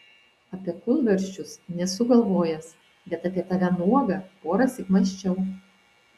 apie kūlvirsčius nesu galvojęs bet apie tave nuogą porąsyk mąsčiau